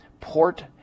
Port